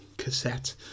cassette